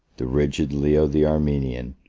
the rigid leo the armenian,